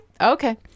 Okay